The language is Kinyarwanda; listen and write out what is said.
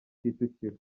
kicukiro